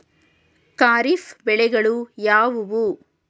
ಖಾರಿಫ್ ಬೆಳೆಗಳು ಯಾವುವು?